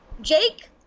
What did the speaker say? Jake